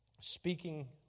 speaking